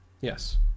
Yes